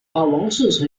王室